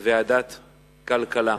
בוועדת כלכלה.